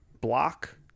block